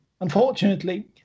Unfortunately